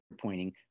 pointing